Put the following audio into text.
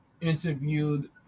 interviewed